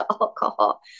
alcohol